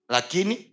Lakini